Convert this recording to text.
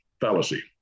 fallacy